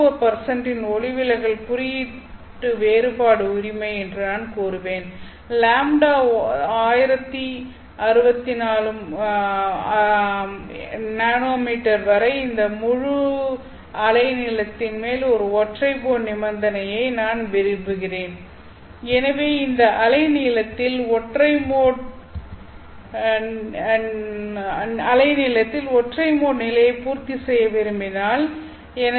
4 இன் ஒளிவிலகல் குறியீட்டு வேறுபாடு உரிமை என்று நான் கூறுவேன் λ 1600 என்எம் வரை இந்த முழு அலை நீளத்தின் மேல் ஒரு ஒற்றை மோட் நிபந்தனையை நான் விரும்புகிறேன் எனவே இந்த அலை நீளத்தில் ஒற்றை மோட் நிலையை பூர்த்தி செய்ய விரும்பினால் எனது V எண் 2